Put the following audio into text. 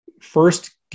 first